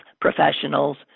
professionals